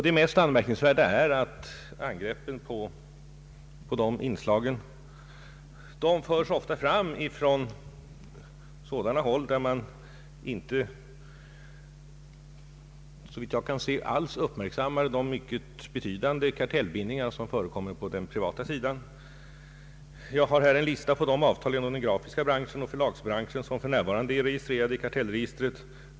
Det mest anmärkningsvärda är att angreppen mot dessa inslag ofta förs fram från sådana håll där man såvitt jag kan se inte alls uppmärksammar de mycket betydande kartellbildningar som förekommer på den privata sidan. Jag har här en lista på de avtal inom den grafiska branschen och förlagsbranschen som för närvarande är registrerade i kartellregistret.